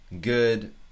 good